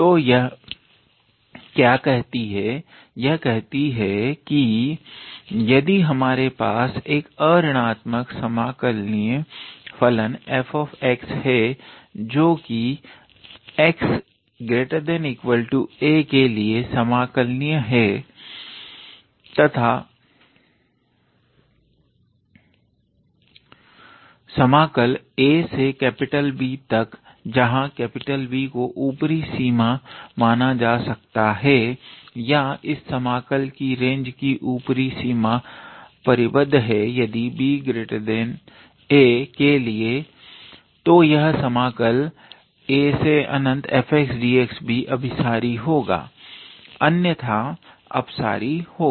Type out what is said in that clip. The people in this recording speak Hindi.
तो यह क्या कहती है यह कहती है कि यदि हमारे पास एक अऋणात्मक समाकलनीय फलन f हे जोकि 𝑥 ≥ 𝑎 के लिए समाकलनीय हे तथा समाकल a से B तक जहां B को ऊपरी सीमा माना जा सकता है या इस समाकलन की रेंज की ऊपरी सीमा परिबद्ध है यदि प्रत्येक B a के लिए तो यह समाकल afxdx भी अभिसारी होगा अन्यथा अपसारी होगा